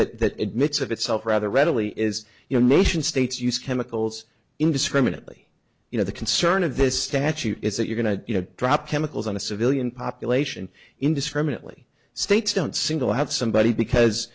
think that admits of itself rather readily is your nation states use chemicals indiscriminately you know the concern of this statute is that you're going to you know drop chemicals on a civilian population indiscriminately states don't single out somebody because